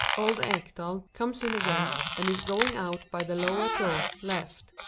old ekdel comes in again, and is going out by the lower door, left.